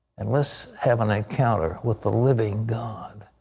and let's have an encounter with the living god.